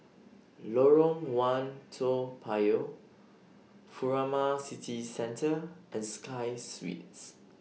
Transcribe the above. Lorong one Toa Payoh Furama City Centre and Sky Suites